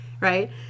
right